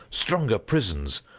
stronger prisons,